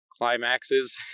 climaxes